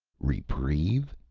reprieve,